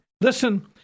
listen